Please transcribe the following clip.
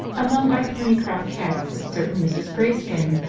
among our thornycroft cats is a certain mrs. greyskin.